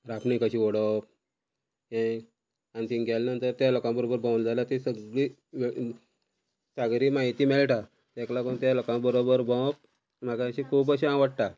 रांपणी कशी ओडवप हे आनी थंय गेल्या नंतर त्या लोकां बरोबर भोंवन जाल्यार ते सगळी सागरी म्हायती मेळटा तेका लागून त्या लोकां बरोबर भोंवप म्हाका अशें खूब अशें आवडटा